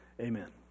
Amen